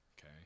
Okay